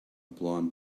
blond